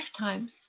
lifetimes